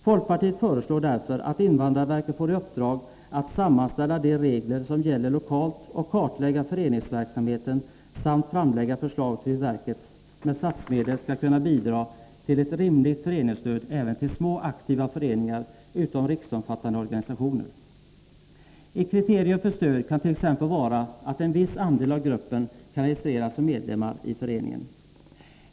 Folkpartiet föreslår att invandrarverket får i uppdrag att sammanställa de regler som gäller lokalt och kartlägga föreningsverksamheten samt framlägga förslag till hur verket med statsmedel skall kunna bidra till ett rimligt föreningsstöd även till små aktiva föreningar utan riksomfattande organisationer. Ett kriterium för stöd kan t.ex. vara att en viss andel av gruppen kan registreras som medlemmar i föreningen.